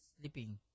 sleeping